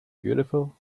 beautiful